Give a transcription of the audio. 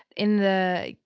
in the,